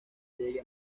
llegue